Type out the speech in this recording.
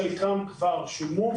חלקם כבר שולמו,